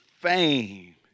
fame